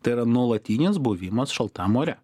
tai yra nuolatinis buvimas šaltam ore